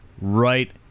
right